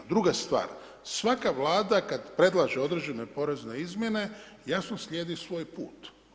Druga stvar, svaka Vlada kad predlaže određene porezne izmjene, jasno slijedi svoj put.